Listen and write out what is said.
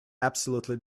absolutely